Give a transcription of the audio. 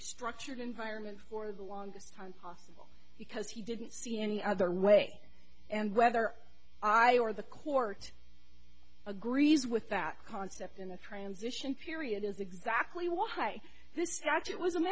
structured environment for the longest time possible because he didn't see any other way and whether i or the court agrees with that concept in the transition period is exactly why